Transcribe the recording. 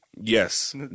Yes